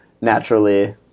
naturally